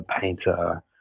painter